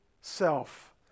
self